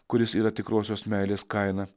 kuris yra tikrosios meilės kaina